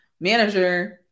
manager